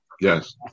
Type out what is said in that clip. Yes